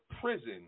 prison